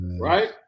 Right